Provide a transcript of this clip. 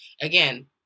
Again